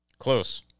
Close